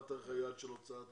מה תאריך היעד של הוצאת העובדים?